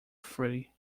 free